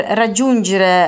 raggiungere